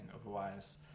otherwise